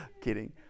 kidding